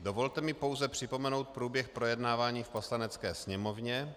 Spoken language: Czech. Dovolte mi pouze připomenout průběh projednávání v Poslanecké sněmovně.